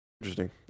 Interesting